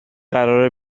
قراره